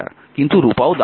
কিন্তু রূপাও দামী